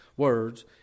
Words